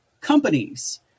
companies